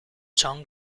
john